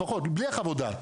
לפחות, בלי חוות הדעת.